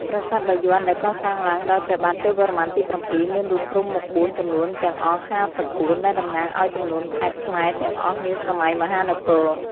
ប្រាសាទបាយ័នដែលកសាងឡើងដោយព្រះបាទជ័យវរ្ម័នទី៧ មានរូបព្រហ្មមុខបួនចំនួនទាំងអស់ ៥៤ ដែលតំណាងអោយចំនួនខេត្តខ្មែរទាំងអស់នាសម័យមហានគរ ។